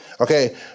Okay